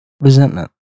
resentment